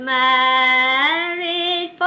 married